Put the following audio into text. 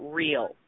real